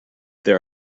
there